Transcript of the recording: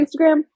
instagram